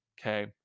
okay